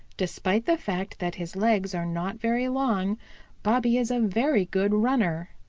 despite the fact that his legs are not very long bobby is a very good runner.